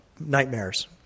nightmares